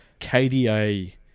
KDA